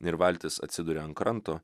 ir valtis atsiduria ant kranto